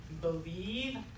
believe